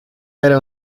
era